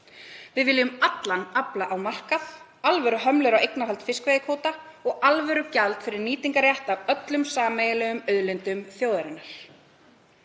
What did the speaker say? Við viljum allan afla á markað, alvöruhömlur á eignarhald fiskveiðikvóta og alvörugjald fyrir nýtingarrétt á öllum sameiginlegum auðlindum þjóðarinnar.